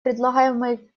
предлагаемой